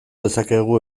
dezakegu